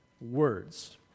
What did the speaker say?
words